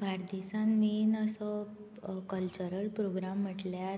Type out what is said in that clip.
बार्देजांत मॅन असो cultural programme म्हणल्यार